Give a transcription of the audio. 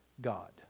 God